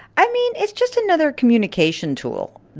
i mean, it's just another communication tool.